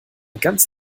ganz